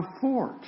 fort